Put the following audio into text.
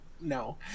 No